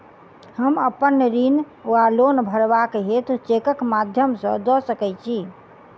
हम अप्पन ऋण वा लोन भरबाक हेतु चेकक माध्यम सँ दऽ सकै छी?